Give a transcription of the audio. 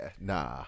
nah